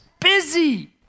busy